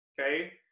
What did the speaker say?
okay